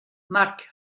marc